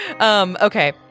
Okay